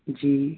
जी